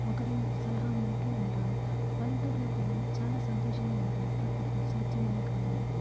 ఒకరి సలహా మేరకే ఉంటారు పల్లెటూరులో పిల్లలు చాలా సంతోషంగా ఉంటారు ప్రకృతి స్వచ్చమయిన గాలి అని